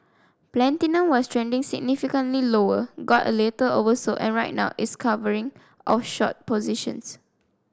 platinum was trending significantly lower got a little oversold and right now it's covering of short positions